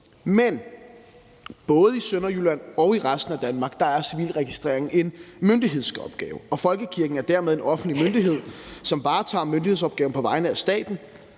Men både i Sønderjylland og i resten af Danmark er civilregistrering en myndighedsopgave, og folkekirken er dermed en offentlig myndighed, som varetager myndighedsopgaven på vegne af staten.